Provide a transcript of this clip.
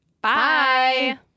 Bye